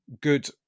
good